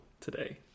today